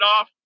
off